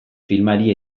filmari